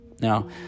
Now